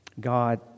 God